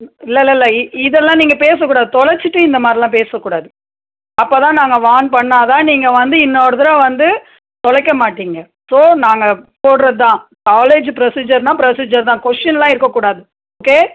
ம் இல்லைல்ல இல்லை இதெல்லாம் நீங்கள் பேசக்கூடாது தொலைச்சிட்டு இந்த மாதிரிலாம் பேசக்கூடாது அப்போதான் நாங்கள் வார்ன் பண்ணால் தான் நீங்கள் வந்து இன்னொரு தடவ வந்து தொலைக்கமாட்டிங்க ஸோ நாங்கள் போடுறது தான் காலேஜு ப்ரொசிஜர்னா ப்ரொசிஜர் தான் கொஷின்லாம் இருக்கக்கூடாது ஓகே